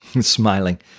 Smiling